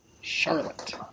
Charlotte